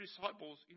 disciples